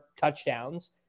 touchdowns